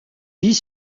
vit